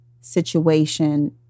situation